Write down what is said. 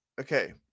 okay